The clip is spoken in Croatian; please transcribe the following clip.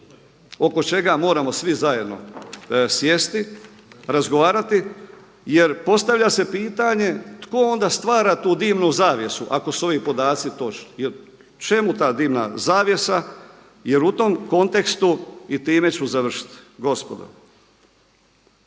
oko čega moramo svi zajedno sjesti, razgovarati jer postavlja se pitanje tko onda stvara tu dimnu zavjesu ako su ovi podaci točni jer čemu ta dimna zavjesa? Jer u tom kontekstu, i time ću završiti, gospodo